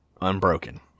Unbroken